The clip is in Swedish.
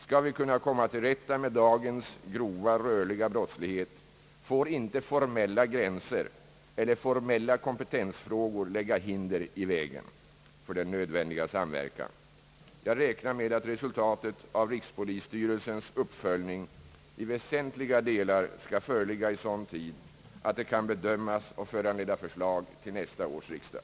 Skall vi kunna komma till rätta med dagens grova, rörliga brottslighet, får inte formella gränser eller formella kompetensfrågor lägga hinder i vägen för den nödvändiga samverkan. Jag räknar med att resultatet av rikspolisstyrelsens uppföljning i väsentliga delar skall föreligga i sådan tid att det kan bedömas och föranleda förslag till nästa års riksdag.